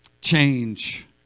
change